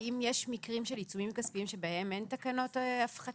האם יש מקרים של עיצומים כספיים בהם אין תקנות הפחתה?